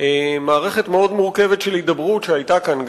מערכת מאוד מורכבת של הידברות שהיתה כאן,